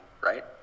right